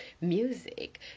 music